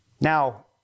Now